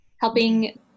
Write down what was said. helping